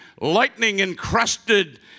lightning-encrusted